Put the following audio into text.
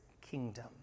kingdom